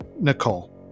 Nicole